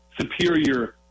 superior